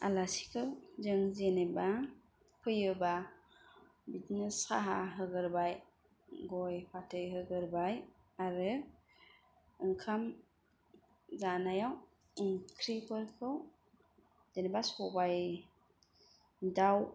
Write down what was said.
आलासिखौ जों जेनेबा फैयोब्ला बिदिनो साहा होग्रोबाय गय फाथै होग्रोबाय आरो ओंखाम जानायाव आंख्रिफोरखौ जेनेबा सबाय दाउ